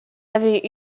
avaient